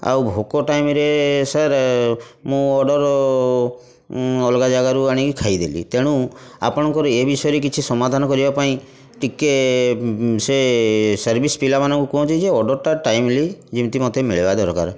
ଆଉ ଭୋକ ଟାଇମ୍ରେ ସାର୍ ମୁଁ ଅର୍ଡ଼ର୍ ଅଲଗା ଜାଗାରୁ ଆଣିକି ଖାଇଦେଲି ତେଣୁ ଆପଣଙ୍କର ଏ ବିଷୟରେ କିଛି ସମାଧାନ କରିବା ପାଇଁ ଟିକେ ସେ ସର୍ଭିସ୍ ପିଲାମାନଙ୍କୁ କୁହନ୍ତୁ ଯେ ଅର୍ଡ଼ର୍ଟା ଟାଇମଲି ଯେମିତି ମୋତେ ମିଳିବା ଦରକାର